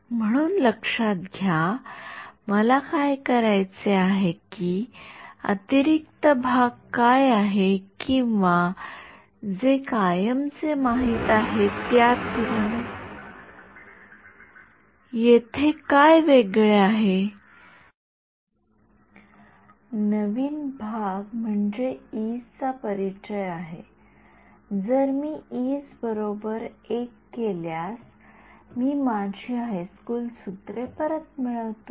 म्हणून लक्षात घ्या मला काय म्हणायचे आहे की अतिरिक्त भाग काय आहे किंवा जे कायमचे माहित आहे त्या तुलनेत येथे काय वेगळे आहे नवीन भाग म्हणजे ईजe's चा परिचय आहे जर मी ईजe's बरोबर १ केल्यास मी माझी हायस्कूल सूत्रे परत मिळवितो